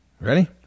Ready